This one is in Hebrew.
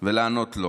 ולענות לו.